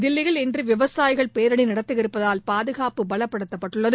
தில்லியில் இன்று விவசாயிகள் பேரணி நடத்த இருப்பதால் பாதுகாப்பு பலப்படுத்தப்பட்டுள்ளது